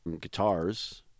guitars